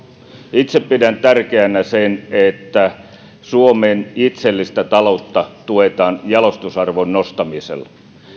itse pidän tärkeänä sitä että suomen itsellistä taloutta tuetaan jalostusarvon nostamisella